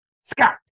Scott